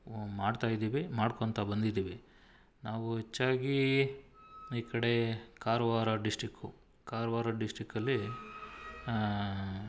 ಮಾಡ್ತಾಯಿದ್ದೀವಿ ಮಾಡ್ಕೊಳ್ತಾ ಬಂದಿದ್ದೀವಿ ನಾವು ಹೆಚ್ಚಾಗಿ ಈ ಕಡೆ ಕಾರವಾರ ಡಿಶ್ಟಿಕು ಕಾರವಾರ ಡಿಶ್ಟಿಕಲ್ಲಿ